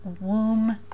womb